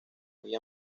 muy